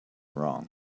wrong